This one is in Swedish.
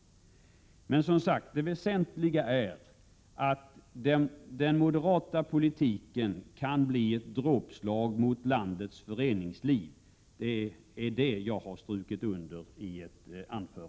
Men, som sagt, det väsentliga är att den moderata politiken kan bli ett dråpslag mot landets föreningsliv. Det är vad jag har strukit under.